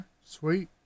sweet